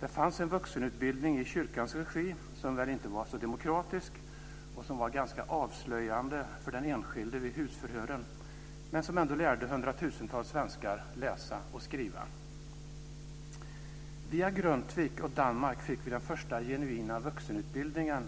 Det fanns en vuxenutbildning i kyrkans regi som väl inte var så demokratisk, och som var ganska avslöjande för den enskilde vid husförhören, men som ändå lärde hundratusentals svenskar läsa och skriva. Via Grundtvig i Danmark fick vi den första genuina vuxenutbildningen